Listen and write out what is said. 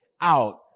out